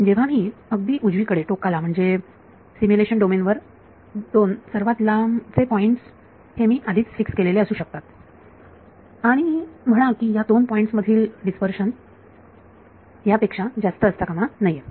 जेव्हा मी अगदी उजवीकडे टोकाला म्हणजे सिम्युलेशन डोमेन वर दोन सर्वात लांब चे पॉइंट्स हे मी आधीच फिक्स केलेले असू शकतात आणि म्हणा की या दोन पॉइंट्स मधले डीस्पर्शन ह्यापेक्षा जास्त असता कामा नये